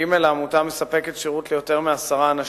העמותה מספקת שירות ליותר מעשרה אנשים,